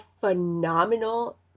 phenomenal